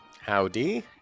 Howdy